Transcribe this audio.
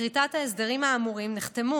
לכריתת ההסדרים האמורים נחתמו